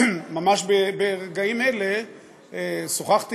וזה אכן יחזור לוועדת הכלכלה להמשך טיפול בשנייה ושלישית.